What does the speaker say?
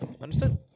Understood